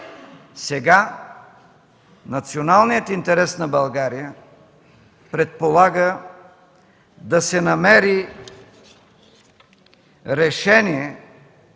Сега националният интерес на България предполага да се намери решение